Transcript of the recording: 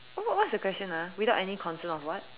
what what's the question ah without any concern of what